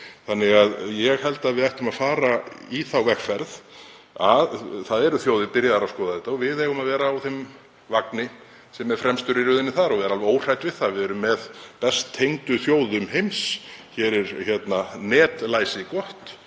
Ég held að við ættum að fara í þá vegferð, einhverjar þjóðir eru byrjaðar að skoða þetta og við eigum að vera á þeim vagni sem er fremstur í röðinni þar og vera alveg óhrædd við það. Við erum með best tengdu þjóðum heims. Hér er netlæsi gott